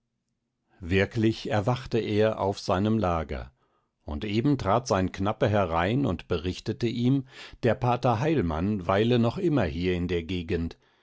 wirklich erwachte er auf seinem lager und eben trat sein knappe herein und berichtete ihm der pater heilmann weile noch immer hier in der gegend